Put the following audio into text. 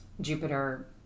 Jupiter